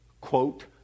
quote